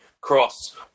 cross